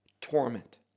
torment